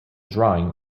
drawing